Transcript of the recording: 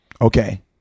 Okay